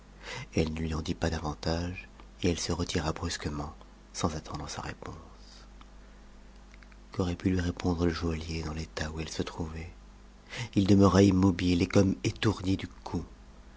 elle ne lui en dit pas davantage et elle se retira brusquement sans attendre sa réponse qu'aurait pu lui répondre le joaillier dans l'état où il se trouvait il des meura immobile et comme étourdi du coup